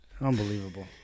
Unbelievable